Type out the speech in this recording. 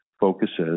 focuses